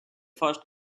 first